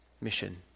mission